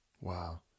wow